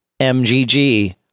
MGG